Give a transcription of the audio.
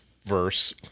verse